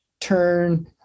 turn